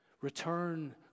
Return